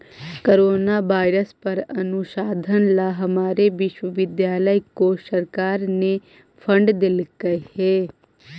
corona virus पर अनुसंधान ला हमारे विश्वविद्यालय को सरकार ने फंडस देलकइ हे